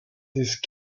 these